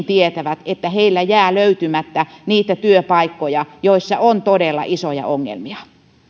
tietävät että heillä jää löytymättä niitä työpaikkoja joissa on todella isoja ongelmia